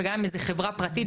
וגם אם איזו חברה פרטית,